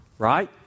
right